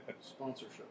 Sponsorship